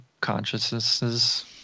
consciousnesses